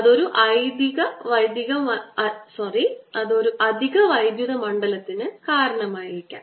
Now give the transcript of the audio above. അത് ഒരു അധിക വൈദ്യുത മണ്ഡലത്തിന് കാരണമായേക്കാം